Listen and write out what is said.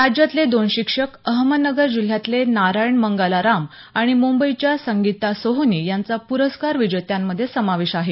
राज्यातले दोन शिक्षक अहमदनगर जिल्ह्यातले नारायण मंगलाराम आणि मुंबईच्या संगीता सोहोनी यांचा प्रस्कार विजेत्यांमधे समावेश आहे